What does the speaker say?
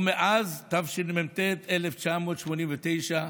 ומאז תשמ"ט, 1989,